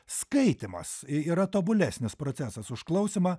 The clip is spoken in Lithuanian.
skaitymas yra tobulesnis procesas už klausymą